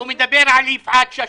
הוא מדבר על יפעת שאשא-ביטון.